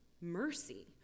Mercy